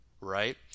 right